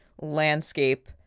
landscape